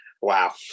Wow